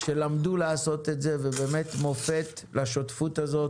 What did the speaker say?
שלמדו לעשות את זה, ובאמת מופת לשותפות הזאת